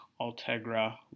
Altegra